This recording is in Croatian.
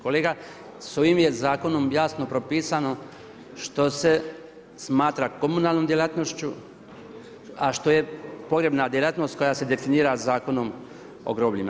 Kolega, s ovim je zakonom jasno propisano što se smatra komunalnom djelatnošću a što je pogrebna djelatnost koja se definira Zakonom o grobljima.